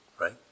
right